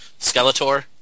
Skeletor